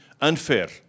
unfair